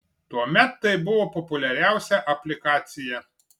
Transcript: tuomet tai buvo populiariausia aplikacija